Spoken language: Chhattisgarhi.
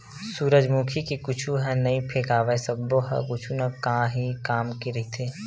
सूरजमुखी के कुछु ह नइ फेकावय सब्बो ह कुछु न काही काम के रहिथे